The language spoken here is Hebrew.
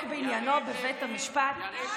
בעניינו בבית המשפט בעוד כמה שנים.